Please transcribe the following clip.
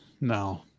No